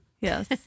Yes